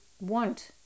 want